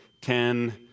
ten